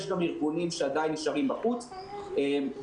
יש גם ארגונים שעדיין נשארים בחוץ ופועלים,